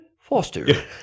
Foster